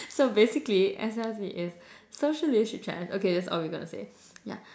so basically S_L_C is social leadership challenge okay that's all we gonna say yeah